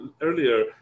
earlier